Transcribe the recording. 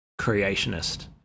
creationist